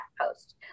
post